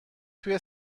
توی